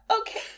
okay